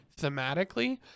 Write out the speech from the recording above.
thematically